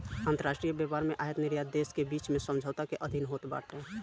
अंतरराष्ट्रीय व्यापार में आयत निर्यात देस के बीच में समझौता के अधीन होत बाटे